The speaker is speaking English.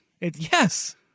Yes